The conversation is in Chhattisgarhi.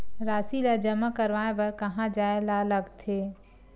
राशि ला जमा करवाय बर कहां जाए ला लगथे